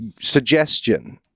suggestion